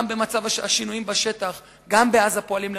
גם במצב השינויים בשטח, גם בעזה פועלים לרעתנו,